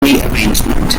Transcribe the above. rearrangement